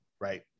Right